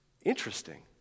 interesting